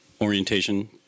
orientation